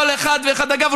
כל אחד ואחד אגב,